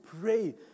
pray